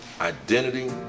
Identity